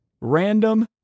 random